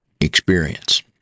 experience